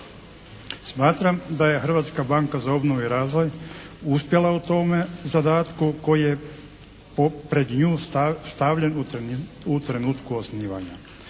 Smatram da je Hrvatska banka za obnovu i razvoj uspjela u tome zadatku koji je pred nju stavljen u trenutku osnivanja.